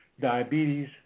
diabetes